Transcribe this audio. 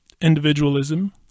individualism